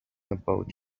about